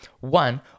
one